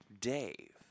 Dave